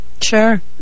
Sure